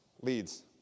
Leads